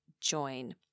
join